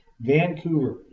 Vancouver